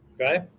okay